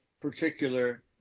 particular